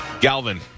Galvin